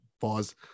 Pause